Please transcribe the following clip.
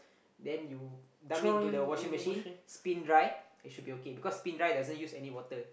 then you dump into the washing machine spin dry it should be okay because spin dry doesn't use any water